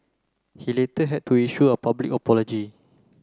he later had to issue a public apology